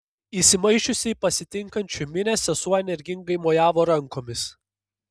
įsimaišiusi į pasitinkančių minią sesuo energingai mojavo rankomis